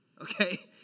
okay